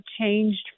changed